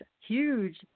huge